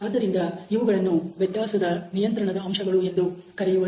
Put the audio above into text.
ಆದ್ದರಿಂದ ಇವುಗಳನ್ನು 'ವ್ಯತ್ಯಾಸದ ನಿಯಂತ್ರಣ ಅಂಶಗಳು' ಎಂದು ಕರೆಯುವರು